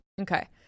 Okay